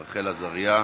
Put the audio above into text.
רחל עזריה,